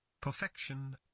Perfection